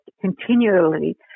continually